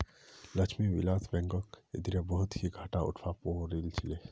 लक्ष्मी विलास बैंकक इधरे बहुत ही घाटा उठवा पो रील छे